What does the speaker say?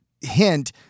hint